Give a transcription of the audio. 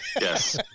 Yes